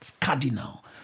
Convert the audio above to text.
cardinal